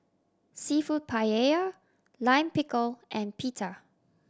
Seafood Paella Lime Pickle and Pita